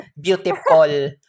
beautiful